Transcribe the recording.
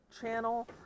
channel